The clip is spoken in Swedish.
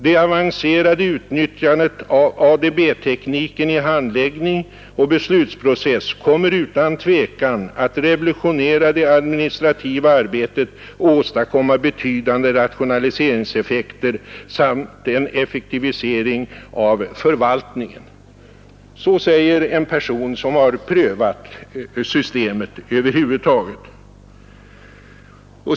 Det avancerade utnyttjandet av ADB-teknik i handläggning och beslutsprocess kommer utan tvekan att revolutionera det administrativa arbetet och åstadkomma betydande rationaliseringseffekter samt en effektivisering av förvaltningen.” Så säger alltså en person som har prövat systemet.